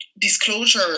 disclosure